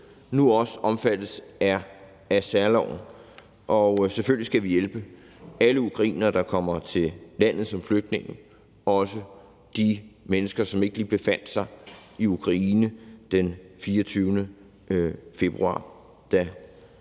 nu også omfattes af særloven, for selvfølgelig skal vi hjælpe alle ukrainere, der kommer til landet som flygtninge, også de mennesker, som ikke lige befandt sig i Ukraine den 24. februar,